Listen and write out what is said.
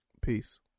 Peace